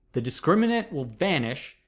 the discriminant will vanish,